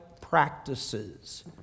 practices